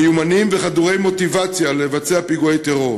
מיומנים וחדורי מוטיבציה לבצע פיגועי טרור.